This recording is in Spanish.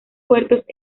puertos